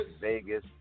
Vegas